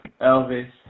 Elvis